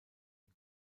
die